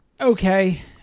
Okay